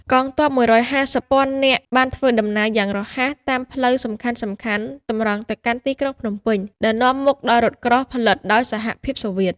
កងទ័ព ១៥០ពាន់នាក់បានធ្វើដំណើរយ៉ាងរហ័សតាមផ្លូវសំខាន់ៗតម្រង់ទៅកាន់ទីក្រុងភ្នំពេញ ដែលនាំមុខដោយរថក្រោះផលិតដោយសហភាពសូវៀត ។